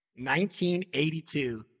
1982